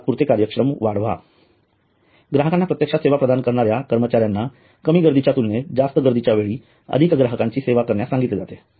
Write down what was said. तात्पुरते कार्यश्रम वाढवा ग्राहकांना प्रत्यक्षात सेवा प्रदान करणाऱ्या कर्मचार्यांना कमी गर्दीच्या तुलनेत जास्त गर्दीच्या वेळी अधिक ग्राहकांची सेवा करण्यास सांगितले जाते